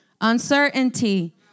uncertainty